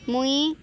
ମୁଇଁ